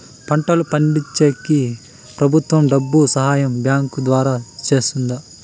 పంటలు పండించేకి ప్రభుత్వం డబ్బు సహాయం బ్యాంకు ద్వారా చేస్తుందా?